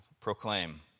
Proclaim